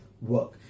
work